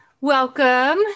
Welcome